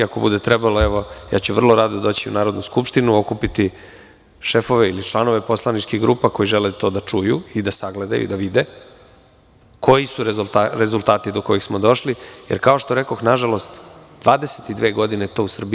Ako bude trebalo ja ću vrlo rado doći u Narodnu skupštinu, okupiti šefove ili članove poslaničkih grupa koji žele to da čuju i da sagledaju, da vide koji su rezultati do kojih su došli, jer kao što rekoh, nažalost, 22 godine to u Srbiji nije rađeno.